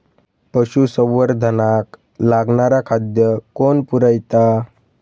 पशुसंवर्धनाक लागणारा खादय कोण पुरयता?